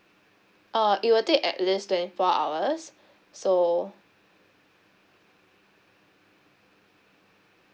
uh it will take at least twenty four hours so